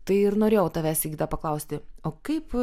tai ir norėjau tavęs sigita paklausti o kaip